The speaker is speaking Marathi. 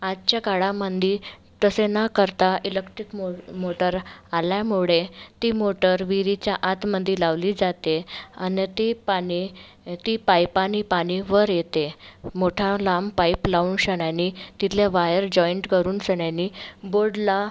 आजच्या काळामंदी तसे न करता इलक्टिक मो मोटार आल्यामुळे ती मोटर विरीच्या आतमध्ये लावली जाते अन् ती पाणी ती पाईपानी पाणी वर येते मोठा लांब पाईप लावून शन्यानी तिथल्या वायर जॉईंट करून सन्यानी बोडला